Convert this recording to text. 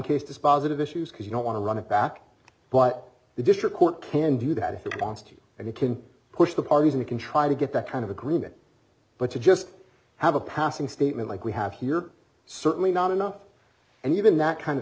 dispositive issues because you don't want to run it back but the district court can do that if it wants to and it can push the parties and can try to get that kind of agreement but to just have a passing statement like we have here are certainly not enough and even that kind